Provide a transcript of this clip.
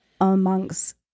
amongst